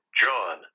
John